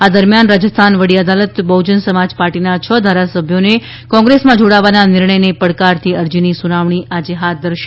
આ દરમિયાન રાજસ્થાન વડી અદાલત બહુજન સમાજ પાર્ટીના છ ધારારસભ્યોને કોંગ્રેસમં જોડાવાના નિર્ણયને પડકારતી અરજીની સુનાવણી આજે હાથ ધરશે